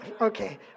Okay